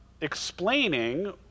explaining